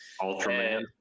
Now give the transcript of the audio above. Ultraman